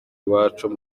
iwacu